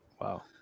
Wow